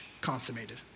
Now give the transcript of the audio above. consummated